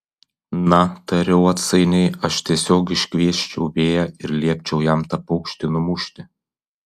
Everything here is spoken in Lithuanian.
na tariau atsainiai aš tiesiog iškviesčiau vėją ir liepčiau jam tą paukštį numušti